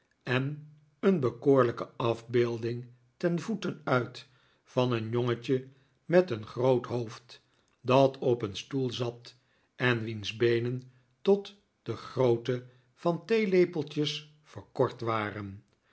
en een bekoorlijke afbeelding ten voeten uit van een jongetje met een groot hoofd dat op een stoel zat en wiens beenen tot de grootte van theelepeltjes verkort waren